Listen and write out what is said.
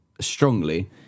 strongly